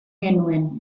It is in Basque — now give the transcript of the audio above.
genuen